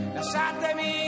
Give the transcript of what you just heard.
Lasciatemi